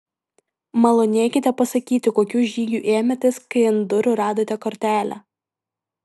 malonėkite pasakyti kokių žygių ėmėtės kai ant durų radote kortelę